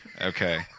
Okay